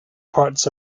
parts